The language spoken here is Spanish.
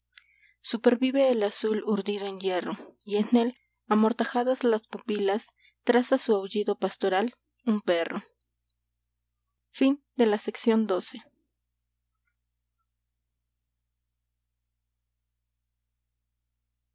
esquilas supervive el azul urdido en hierro y en él amortajadas las pupilas traza su aullido pastoral un perro